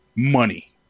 Money